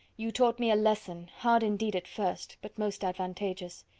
you taught me a lesson, hard indeed at first, but most advantageous.